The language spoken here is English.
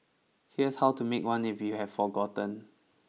here's how to make one if you have forgotten